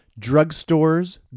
drugstores